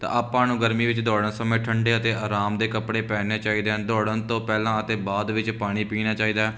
ਤਾਂ ਆਪਾਂ ਨੂੰ ਗਰਮੀ ਵਿੱਚ ਦੌੜਨਾ ਸਮੇਂ ਠੰਢੇ ਅਤੇ ਆਰਾਮ ਦੇ ਕੱਪੜੇ ਪਹਿਨਣੇ ਚਾਹੀਦੇ ਹਨ ਦੌੜਨ ਤੋਂ ਪਹਿਲਾਂ ਅਤੇ ਬਾਅਦ ਵਿੱਚ ਪਾਣੀ ਪੀਣਾ ਚਾਹੀਦਾ